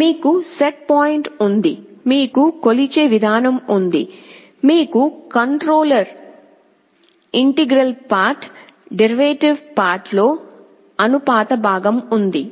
మీకు set point ఉంది మీకు కొలిచే విధానం ఉంది మీకు కంట్రోలర్ ఇంటిగ్రల్ పార్ట్ డెరివేటివ్ పార్ట్లో అనుపాత భాగం ఉంది